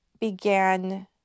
began